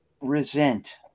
resent